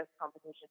competition